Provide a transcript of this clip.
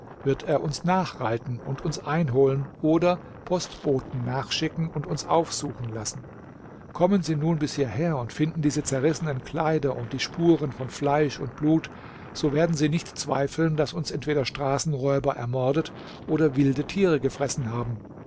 wird er uns nachreiten und uns einholen oder postboten nachschicken und uns aufsuchen lassen kommen sie nun bis hierher und finden diese zerrissenen kleider und die spuren von fleisch und blut so werden sie nicht zweifeln daß uns entweder straßenräuber ermordet oder wilde tiere gefressen haben